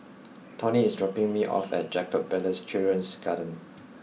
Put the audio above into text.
Tony is dropping me off at Jacob Ballas Children's Garden